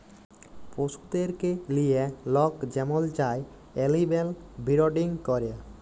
পশুদেরকে লিঁয়ে লক যেমল চায় এলিম্যাল বিরডিং ক্যরে